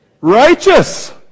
Righteous